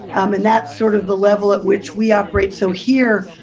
and that's sort of the level at which we operate. so, here